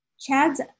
Chad's